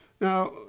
Now